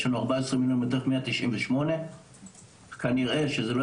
יש 14 מיליון מתוך ה-198 וכנראה שזה לא